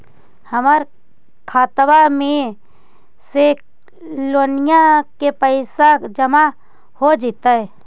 हमर खातबा में से लोनिया के पैसा जामा हो जैतय?